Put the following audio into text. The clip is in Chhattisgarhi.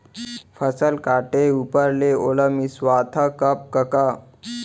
फसल काटे ऊपर ले ओला मिंसवाथा कब कका?